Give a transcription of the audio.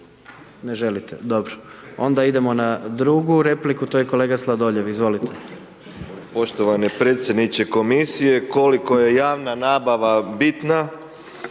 Ne želite. Dobro. Onda idemo na drugu repliku, to je kolega Sladoljev, izvolite. **Sladoljev, Marko (MOST)** Poštovani predsjedniče Komisije, koliko je javna nabava bitna,